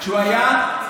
אה,